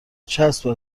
چسب